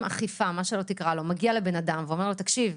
אכיפה מגיע לבן אדם ואומר לו תקשיב,